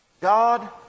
God